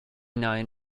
known